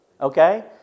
Okay